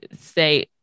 say